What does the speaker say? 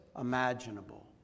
imaginable